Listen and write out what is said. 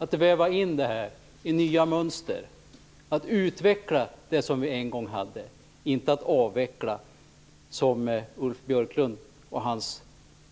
Jag vill väva in detta i nya mönster och utveckla det som vi en gång hade, inte avveckla, som Ulf Björklund och hans